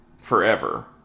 forever